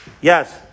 Yes